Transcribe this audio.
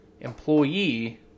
employee